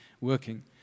working